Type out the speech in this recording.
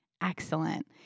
Excellent